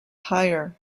higher